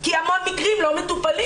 כי המון מקרים לא מטופלים,